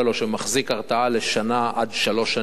שמחזיק הרתעה לשנה עד שלוש שנים,